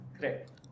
Correct